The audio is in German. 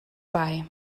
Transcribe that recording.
bei